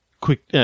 quick